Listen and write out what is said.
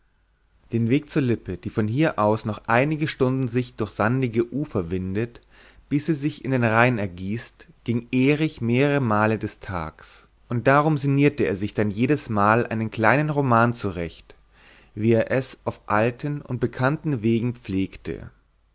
den weg zur lippe die von hier aus noch einige stunden sich durch sandige ufer windet bis sie sich in den rhein ergießt ging erich mehrere male des tags und darum sinnierte er sich dann jedesmal einen kleinen roman zurecht wie er es auf alten und bekannten wegen pflegte